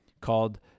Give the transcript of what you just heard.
called